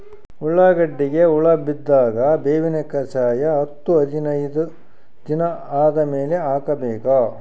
ಉಳ್ಳಾಗಡ್ಡಿಗೆ ಹುಳ ಬಿದ್ದಾಗ ಬೇವಿನ ಕಷಾಯ ಹತ್ತು ಹದಿನೈದ ದಿನ ಆದಮೇಲೆ ಹಾಕಬೇಕ?